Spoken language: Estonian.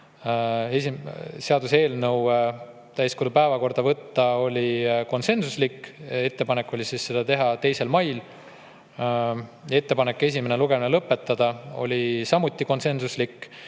seaduseelnõu täiskogu päevakorda võtta oli konsensuslik, ettepanek oli teha seda 2. mail. Ettepanek esimene lugemine lõpetada oli samuti konsensuslik.